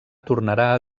tornarà